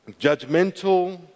judgmental